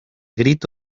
grito